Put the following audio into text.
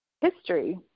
history